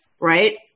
right